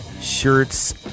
shirts